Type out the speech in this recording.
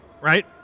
right